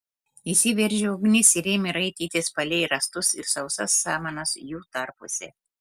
įsiveržė ugnis ir ėmė raitytis palei rąstus ir sausas samanas jų tarpuose